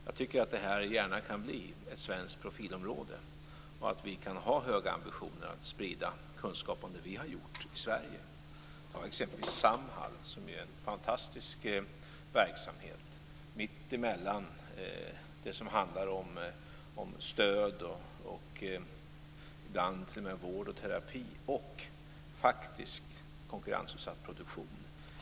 Jag tycker dock att det här gärna kan bli ett svenskt profilområde och att vi kan ha höga ambitioner att sprida kunskap om det vi har gjort i Sverige. Ta exempelvis Samhall, som ju är en fantastisk verksamhet mitt i skärningspunkten mellan det som handlar om stöd, ibland t.o.m. vård och terapi, och - faktiskt - konkurrensutsatt produktion.